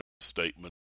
statement